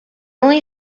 only